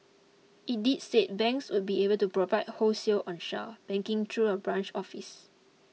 it did say banks would be able to provide wholesale onshore banking through a branch office